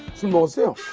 she was yeah